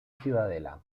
ciudadela